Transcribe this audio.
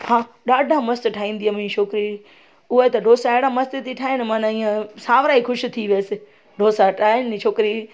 हा ॾाढा मस्तु ठाहींदी आहे मुंहिंजी छोकिरी उहा त डोसा ॾाढा मस्तु थी ठाहे माना इअं सावरा ई ख़ुशि थी वयसि डोसा ठाहिनि ई छोकिरी